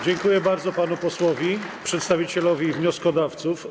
Dziękuję bardzo panu posłowi, przedstawicielowi wnioskodawców.